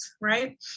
right